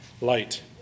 light